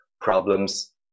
problems